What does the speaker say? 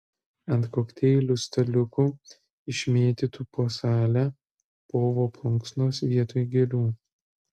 ant kokteilių staliukų išmėtytų po salę povo plunksnos vietoj gėlių